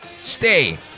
stay